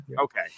okay